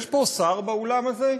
יש פה שר, באולם הזה?